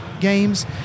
games